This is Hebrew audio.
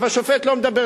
שופט, לא תובע,